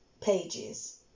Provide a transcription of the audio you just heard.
pages